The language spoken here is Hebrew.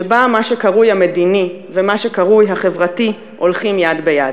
שבה מה שקרוי המדיני ומה שקרוי החברתי הולכים יד ביד.